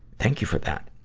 thank you for that.